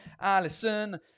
Alison